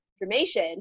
information